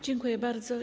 Dziękuję bardzo.